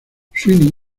sweeney